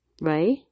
right